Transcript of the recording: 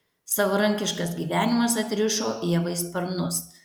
savarankiškas gyvenimas atrišo ievai sparnus